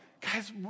Guys